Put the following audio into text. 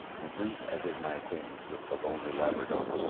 and brief as is my acquaintance with the lonely labrador,